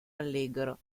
allegro